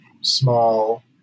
small